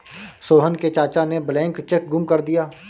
सोहन के चाचा ने ब्लैंक चेक गुम कर दिया